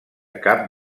cap